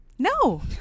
No